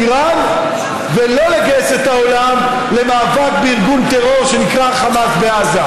איראן ולא לגייס את העולם למאבק בארגון טרור שנקרא החמאס בעזה,